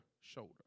shoulder